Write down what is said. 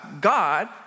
God